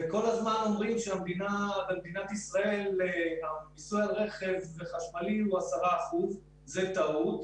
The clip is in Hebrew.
וכל הזמן אומרים שבמדינת ישראל המיסוי על רכב חשמלי הוא 10%. זאת טעות.